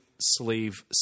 Sleeve